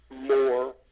more